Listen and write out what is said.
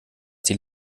die